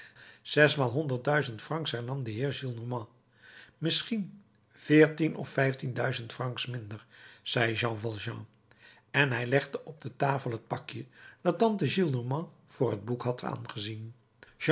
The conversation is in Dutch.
zesmaal honderd duizend francs hernam de heer gillenormand misschien veertien of vijftien duizend francs minder zei jean valjean en hij legde op de tafel het pakje dat tante gillenormand voor een boek had aangezien